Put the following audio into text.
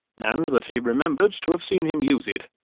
and that he remembered to have seen him use it.